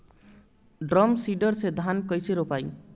Drum seeder से धान कैसे रोपाई?